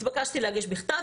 התבקשתי להגיש בכתב,